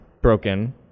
broken